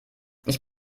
ich